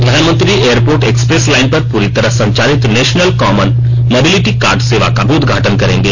प्रधानमंत्री airport express line पर पूरी तरह संचालित नेशनल कॉमन मोबिलिटी कार्ड सेवा का भी उद्घाटन करेंगे